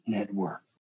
Network